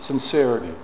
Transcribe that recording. sincerity